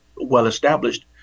well-established